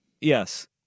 Yes